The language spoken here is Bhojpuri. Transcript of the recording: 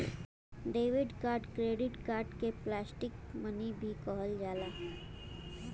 डेबिट कार्ड क्रेडिट कार्ड के प्लास्टिक मनी भी कहल जाला